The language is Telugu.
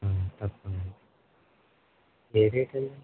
తప్పకుండా పేరేంటండి